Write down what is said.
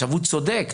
הוא צודק,